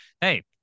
hey